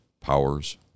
powers